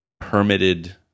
Permitted